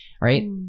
right